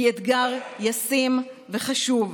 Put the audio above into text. היא אתגר ישים וחשוב,